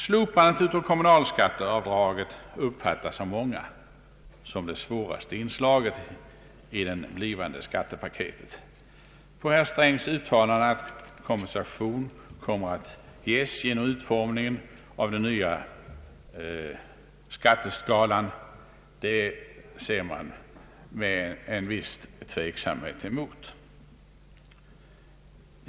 Slopandet av kommunalskatteavdraget uppfattas av många som det svåraste inslaget i det blivande skattepaketet. Herr Sträng har uttalat att kompensa tion kommer att ges genom utformningen av den nya skatteskalan. Det ser man med en viss tveksamhet emot.